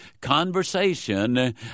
Conversation